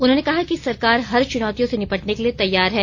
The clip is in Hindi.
उन्होंने कहा कि सरकार हर चुनौतियों से निपटने के लिए तैयार है